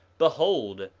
behold,